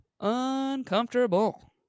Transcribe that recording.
Uncomfortable